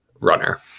runner